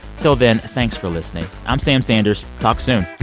until then, thanks for listening. i'm sam sanders. talk soon